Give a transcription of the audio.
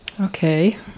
Okay